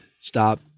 stop